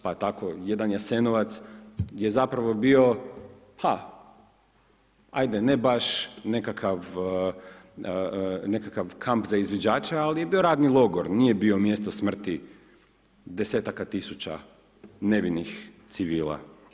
Pa tako jedan Jasenovac je zapravo bio, ha, ajde ne baš nekakav kamp za izviđače ali je bio radni logor, nije bio mjesto smrti desetaka tisuća nevinih civila.